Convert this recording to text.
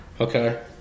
Okay